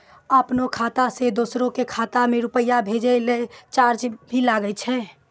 आपनों खाता सें दोसरो के खाता मे रुपैया भेजै लेल चार्ज भी लागै छै?